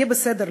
יהיה בסדר,